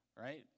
right